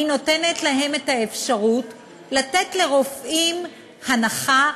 היא נותנת להן את האפשרות לתת לרופאים הנחה,